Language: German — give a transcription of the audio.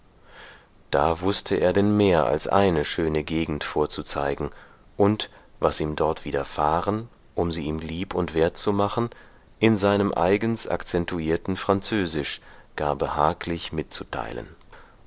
da wußte er denn mehr als eine schöne gegend vorzuzeigen und was ihm dort widerfahren um sie ihm lieb und wert zu machen in seinem eigens akzentuierten französisch gar behaglich mitzuteilen